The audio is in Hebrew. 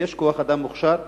ויש כוח-אדם מוכשר.